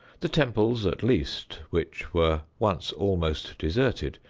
the temples, at least, which were once almost deserted,